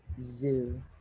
zoo